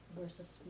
versus